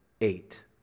Eight